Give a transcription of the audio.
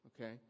okay